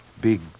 big